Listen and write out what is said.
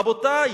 רבותי,